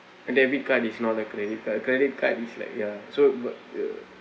a debit card is not a credit card a credit card is like ya so but uh